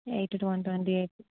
eight two one twenty eight